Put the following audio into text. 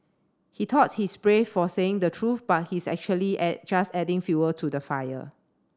he thought he's brave for saying the truth but he's actually just adding fuel to the fire